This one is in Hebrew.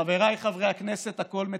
חבריי חברי הכנסת, הכול מתקתק,